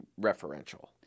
referential